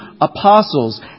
apostles